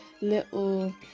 little